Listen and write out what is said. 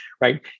right